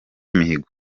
mihigo